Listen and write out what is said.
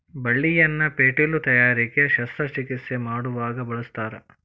ಬಳ್ಳಿಯನ್ನ ಪೇಟಿಲು ತಯಾರಿಕೆ ಶಸ್ತ್ರ ಚಿಕಿತ್ಸೆ ಮಾಡುವಾಗ ಬಳಸ್ತಾರ